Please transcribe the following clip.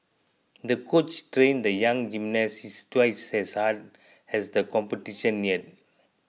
the coach trained the young gymnast twice as hard as the competition neared